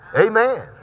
Amen